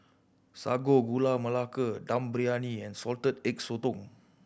Sago Gula Melaka Dum Briyani and Salted Egg Sotong